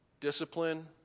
Discipline